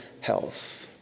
health